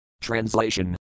Translation